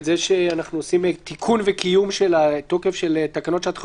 את זה שאנחנו עושים תיקון וקיום של התוקף של תקנות שעת חירום,